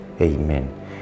Amen